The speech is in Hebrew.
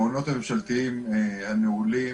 המעונות הממשלתיים הנעולים